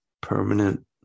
permanent